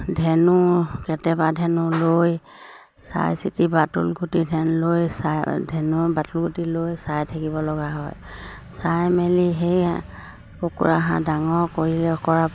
ধেনু কেতিয়াবা ধেনু লৈ চাইচিতি বাটুলগুটি ধেনু লৈ চাই ধেনু বাটুলগুটি লৈ চাই থাকিব লগা হয় চাই মেলি সেই কুকুৰা হাঁহ ডাঙৰ কৰিলে কৰা